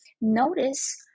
notice